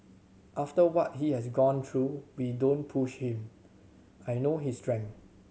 after what he has gone through we don't push him I know his strength